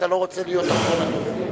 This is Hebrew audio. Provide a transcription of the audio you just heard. אתה לא רוצה להיות אחרון הדוברים.